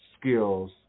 skills